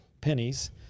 pennies